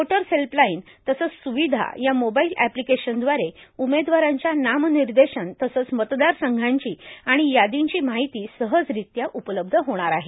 voters helpline तसंच सुविधा या मोबाईल अप्लीकेशनदवारे उमेदवारांच्या नामनिर्देशन तसंच मतदारसंघांची आणि यादींची माहिती सहजरित्या उपलब्ध होणार आहे